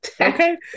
okay